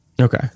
Okay